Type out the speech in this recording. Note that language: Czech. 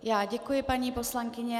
Já děkuji, paní poslankyně.